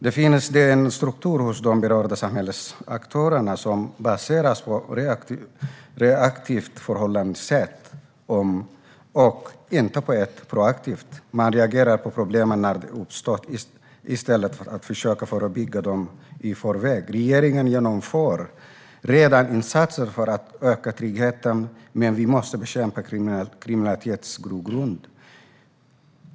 Det finns en struktur hos de berörda samhällsaktörerna som baseras på ett reaktivt förhållningssätt och inte på ett proaktivt. Man reagerar på problemen när det uppstår i stället för att försöka förebygga dem i förväg. Regeringen genomför redan insatser för att öka tryggheten, men vi måste bekämpa kriminalitetens grogrund.